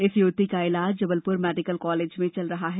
इस युवती का इलाज जबलपुर मेडिकल कॉलेज में चल रहा है